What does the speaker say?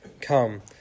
Come